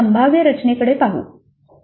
आपण संभाव्य संरचनांकडे पाहू